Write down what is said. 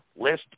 list